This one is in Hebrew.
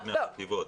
החטיבות.